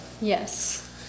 Yes